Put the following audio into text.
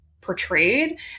portrayed